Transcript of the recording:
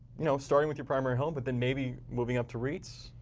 you know starting with your primary home, but then maybe moving up to reits,